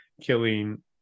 killing